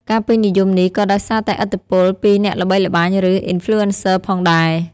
ការពេញនិយមនេះក៏ដោយសារតែឥទ្ធិពលពីអ្នកល្បីល្បាញឬ Influencer ផងដែរ។